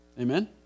Amen